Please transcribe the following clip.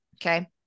Okay